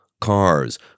cars